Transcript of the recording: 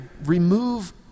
remove